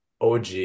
OG